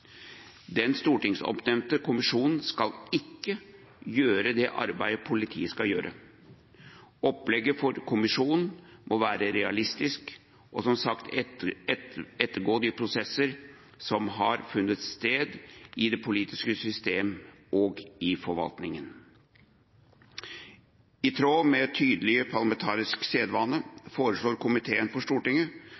Den stortingsoppnevnte kommisjonen skal ikke gjøre det arbeidet politiet skal gjøre. Opplegget for kommisjonen må være realistisk og skal som sagt ettergå de prosesser som har funnet sted i det politiske system og i forvaltningen. I tråd med tydelig parlamentarisk sedvane foreslår komiteen for Stortinget